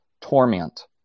torment